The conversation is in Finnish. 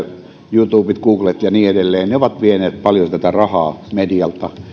youtubet googlet ja niin edelleen ovat vieneet paljon rahaa medialta